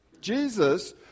Jesus